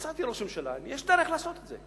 הצעתי לראש הממשלה, יש דרך לעשות את זה.